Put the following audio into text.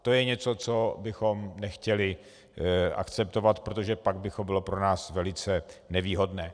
To je něco, co bychom nechtěli akceptovat, protože pak by to bylo pro nás velice nevýhodné.